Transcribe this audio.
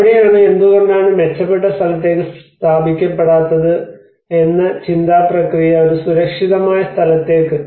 അവിടെയാണ് എന്തുകൊണ്ടാണ് മെച്ചപ്പെട്ട സ്ഥലത്തേക്ക് സ്ഥാപിക്കപ്പെടാത്തത് എന്ന ചിന്താ പ്രക്രിയ ഒരു സുരക്ഷിതമായ സ്ഥലത്തേക്ക്